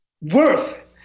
worth